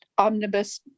Omnibus